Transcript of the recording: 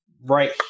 right